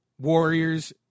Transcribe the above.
Warriors